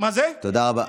תודה רבה,